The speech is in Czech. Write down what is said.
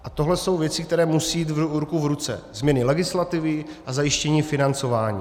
A tohle jsou věci, které musí jít ruku v roce: změny legislativy a zajištění financování.